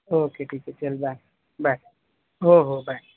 okay ठीक आहे चल बाय बाय हो हो बाय